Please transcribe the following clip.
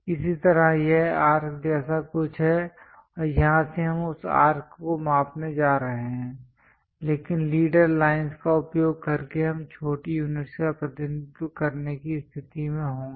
इसी तरह यह आर्क जैसा कुछ है और यहां से हम उस आर्क को मापने जा रहे हैं लेकिन लीडर लाइन्स का उपयोग करके हम छोटी यूनिट्स का प्रतिनिधित्व करने की स्थिति में होंगे